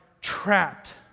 trapped